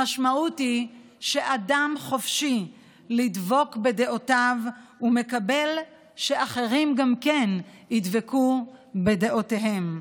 המשמעות היא שאדם חופשי לדבוק בדעותיו ומקבל שגם אחרים ידבקו בדעותיהם.